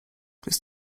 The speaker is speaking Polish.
krys